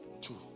two